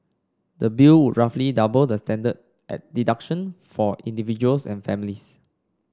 the bill would roughly double the standard at deduction for individuals and families